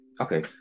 okay